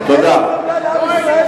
אין לו חמלה על עם ישראל.